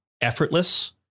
effortless